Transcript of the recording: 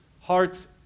hearts